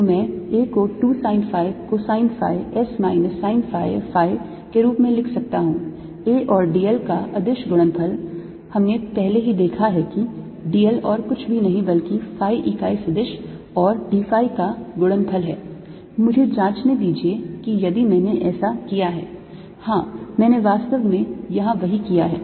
तो मैं A को 2 sine phi cosine phi S minus sine phi phi के रूप में लिख सकता हूं A और d l का अदिश गुणनफल हमने पहले ही देखा है कि d l कुछ भी नहीं बल्कि phi इकाई सदिश और d phi का गुणनफल है मुझे जांचने दीजिए कि यदि मैंने ऐसा किया है हां मैंने वास्तव में यहां वही किया है